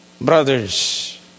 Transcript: brothers